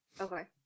Okay